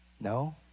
No